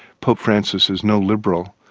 pope francis is no liberal,